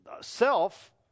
self